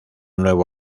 nuevo